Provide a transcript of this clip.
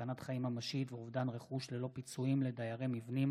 סכנת חיים ממשית ואובדן רכוש ללא פיצויים לדיירי מבנים